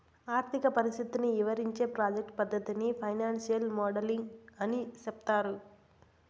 ఆర్థిక పరిస్థితిని ఇవరించే ప్రాజెక్ట్ పద్దతిని ఫైనాన్సియల్ మోడలింగ్ అని సెప్తారు